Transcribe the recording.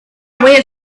went